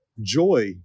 joy